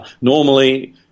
Normally